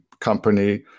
company